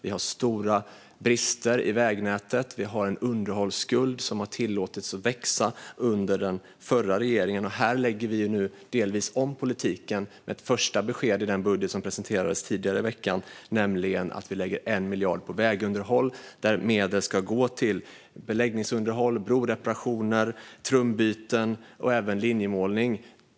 Vi har stora brister i vägnätet, och vi har en underhållsskuld som har tillåtits växa under den förra regeringen. Här lägger vi delvis om politiken. Ett första besked i den budget som presenterades tidigare i veckan är att vi lägger 1 miljard på vägunderhåll, där medel ska gå till beläggningsunderhåll, broreparationer, trumbyten och även linjemålning.